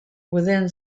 within